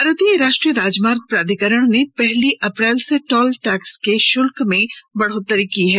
भारतीय राष्ट्रीय राजमार्ग प्राधिकरण ने पहली अप्रैल से टोल टैक्स के शुल्क में बढ़ोत्तरी की है